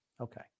Okay